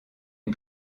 une